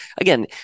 again